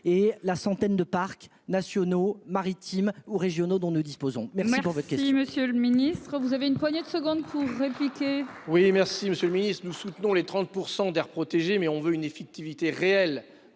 et la centaine de parcs nationaux maritime ou régionaux dont nous disposons mais mais même. Si Monsieur le Ministre, vous avez une poignée de secondes pour répliquer. Oui, merci Monsieur le Ministre, nous soutenons les 30% d'aires protégées mais on veut une effectivité réelle